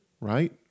right